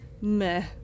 meh